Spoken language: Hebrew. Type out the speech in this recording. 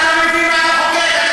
אתה לא מבין מה אתה מחוקק.